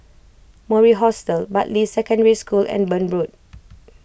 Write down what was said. Mori Hostel Bartley Secondary School and Burn Road